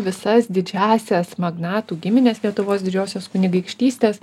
visas didžiąsias magnatų gimines lietuvos didžiosios kunigaikštystės